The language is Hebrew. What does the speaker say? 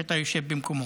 שאתה יושב במקומו,